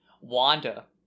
Wanda